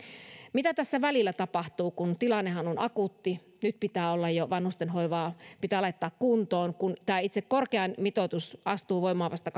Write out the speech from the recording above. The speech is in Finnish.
mitä tässä välillä tapahtuu kun tilannehan on akuutti jo nyt pitää vanhustenhoivaa laittaa kuntoon kun itse tämä korkea mitoitus astuu voimaan vasta